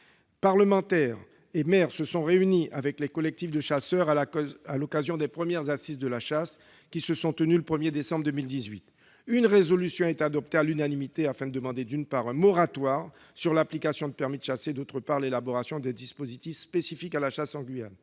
parlementaires et maires -, nous sommes réunis avec les collectifs de chasseurs à l'occasion des premières assises de la chasse, qui se sont tenues le 1 décembre 2018. Une résolution a été adoptée à l'unanimité, afin de demander, d'une part, un moratoire sur l'application du permis de chasser et, d'autre part, l'élaboration d'un dispositif spécifique à la chasse en Guyane.